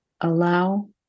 Allow